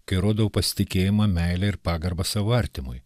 kai rodau pasitikėjimą meilę ir pagarbą savo artimui